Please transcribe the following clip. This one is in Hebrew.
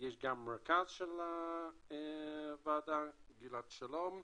יש גם רכז של הוועדה, גלעד שלום,